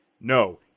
no